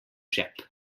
žep